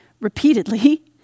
repeatedly